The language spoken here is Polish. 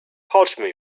chodźmy